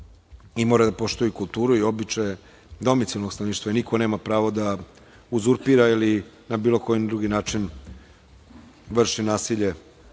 i moraju da poštuju kulturu i običaje domicilnog stanovništva. Niko nema pravo da uzurpira ili na bilo koji drugi način vrši nasilje